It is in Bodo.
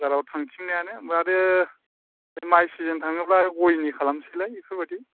बाजाराव थांथिनायानो माथो माय सिजोन थाङोब्ला गयनि खालामसैलाय बेफोर बायदि